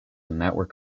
network